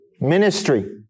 ministry